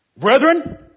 Brethren